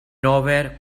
nowhere